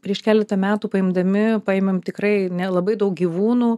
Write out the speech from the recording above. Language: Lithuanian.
prieš keletą metų paimdami paimam tikrai na labai daug gyvūnų